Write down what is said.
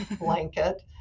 blanket